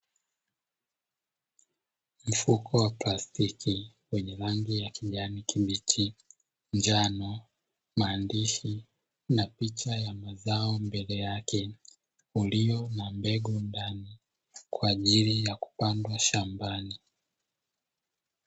Mfuko wa plastiki, wenye rangi ya kijani kibichi, njano, maandishi na picha ya mazao mbele yake, uliyo na mbegu ndani kwa ajili ya kupandwa shambani.